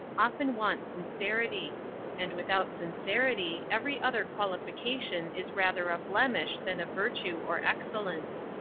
often want sincerity and without sincerity every other qualification is rather a blemish, than a virtue, or excellence.